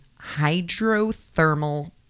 hydrothermal